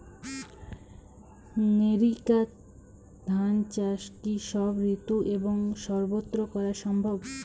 NERICA ধান চাষ কি সব ঋতু এবং সবত্র করা সম্ভব?